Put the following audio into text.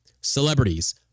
celebrities